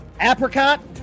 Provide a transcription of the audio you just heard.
Apricot